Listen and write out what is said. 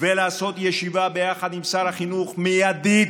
ולעשות ישיבה ביחד עם שר החינוך, מיידית,